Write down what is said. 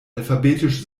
alphabetisch